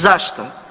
Zašto?